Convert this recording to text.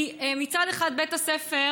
כי מצד אחד בית הספר,